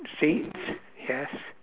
seat yes